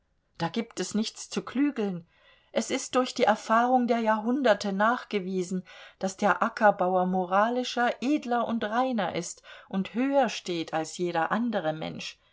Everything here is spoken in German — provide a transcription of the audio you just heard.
da gibt es nichts zu klügeln es ist durch die erfahrung der jahrhunderte nachgewiesen daß der ackerbauer moralischer edler und reiner ist und höher steht als jeder andere mensch